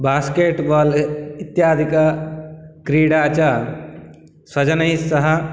basket बाल् इत्यादिक क्रीडा च स्वजनैः सह